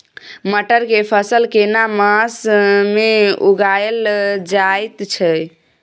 मटर के फसल केना मास में उगायल जायत छै?